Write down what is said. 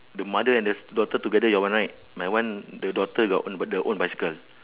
the mother and the s~ daughter together your one right my one the daughter got own got their own bicycle